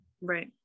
Right